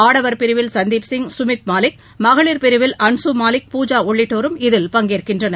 ஆடவர் பிரிவில் சந்தீப் சிங் சுமித் மாலிக் மகளிர் பிரிவில் அன்ஸூ மாலிக் பூஜா உள்ளிட்டோரும் இதில் பங்கேற்கின்றனர்